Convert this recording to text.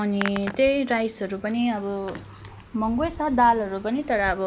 अनि त्यही राइसहरू पनि अब महँगै छ दालहरू पनि तर अब